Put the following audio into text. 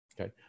okay